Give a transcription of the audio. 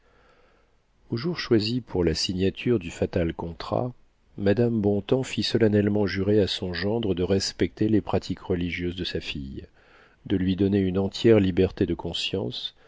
jour choisi pour la signature du fatal contrat madame bontems fit solennellement jurer à son gendre de respecter les pratiques religieuses de sa fille de lui donner une entière liberté de conscience